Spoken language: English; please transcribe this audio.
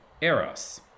Eros